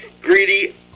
greedy